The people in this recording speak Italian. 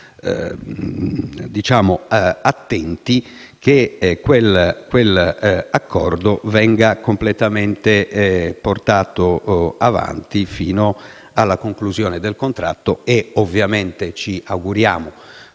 molto attenti che quell'accordo venga completamente portato avanti fino alla conclusione del contratto stesso. Ovviamente ci auguriamo,